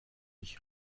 mich